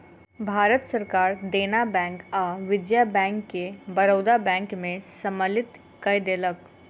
भारत सरकार देना बैंक आ विजया बैंक के बड़ौदा बैंक में सम्मलित कय देलक